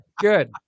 good